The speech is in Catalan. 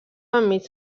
enmig